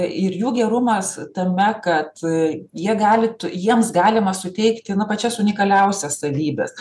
ir jų gerumas tame kad jie gali jiems galima suteikti na pačias unikaliausias savybes